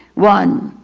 one.